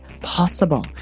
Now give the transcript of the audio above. possible